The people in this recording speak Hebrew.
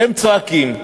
שהם צועקים,